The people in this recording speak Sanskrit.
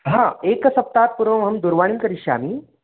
हा एकसप्तहात् पूर्वमहं दूरवाणीं करिष्यामि